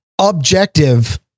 objective